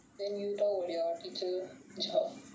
then you your teacher job